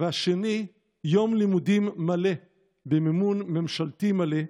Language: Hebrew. השנייה, יום לימודים מלא במימון ממשלתי מלא,